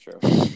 True